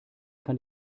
kann